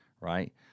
right